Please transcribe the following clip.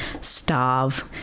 starve